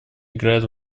играет